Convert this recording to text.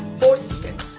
fourth step,